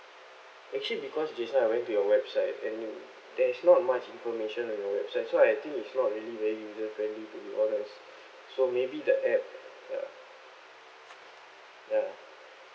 actually because just now I went to your website and you there is not much information on your website so I think it's not really very user friendly to be honest so maybe the app uh ya